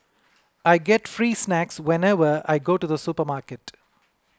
I get free snacks whenever I go to the supermarket